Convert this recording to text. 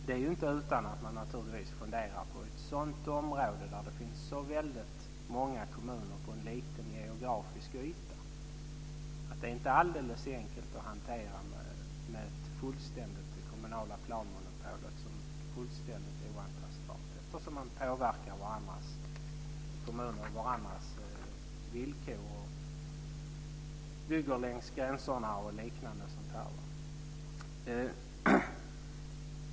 Det är inte alldeles enkelt att hantera det kommunala planmonopolet som fullständigt oantastbart i ett område där det finns så väldigt många kommuner på en liten geografisk yta. Man påverkar varandras kommuner och varandras villkor och bygger längs gränserna och liknande.